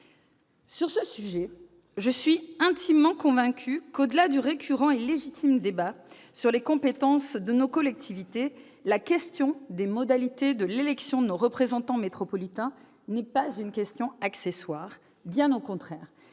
Sur ce sujet, je suis intimement convaincue que, au-delà du récurrent et légitime débat sur les compétences de nos collectivités, la question des modalités de l'élection des conseillers métropolitains n'est pas accessoire. Bien au contraire,